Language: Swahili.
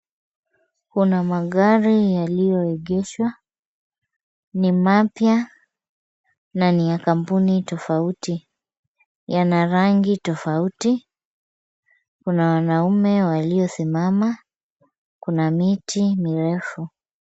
Kuna magari yaliyoegeshwa. Ni mapya na ni ya kampuni tofauti. Yana rangi tofauti. Kuna wanaume waliosimama, kuna miti mirefu.